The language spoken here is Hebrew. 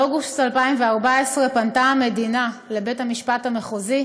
באוגוסט 2014 פנתה המדינה לבית-המשפט המחוזי